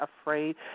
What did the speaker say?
afraid